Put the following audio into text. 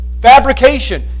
fabrication